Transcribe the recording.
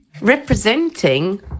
representing